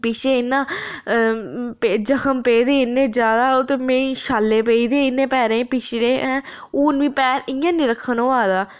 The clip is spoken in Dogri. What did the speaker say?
पिच्छै इन्ना जखम पेदे इन्ने जादा ते मीं छाले पेई दे मीं इ'नें पैरे गी पिच्छड़े ऐं हून मीं पैर इ'यां निं रक्खन होआ दा ते